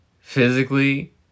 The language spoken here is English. physically